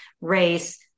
race